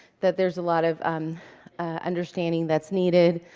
that there's a lot of understanding that's needed.